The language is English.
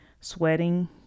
sweating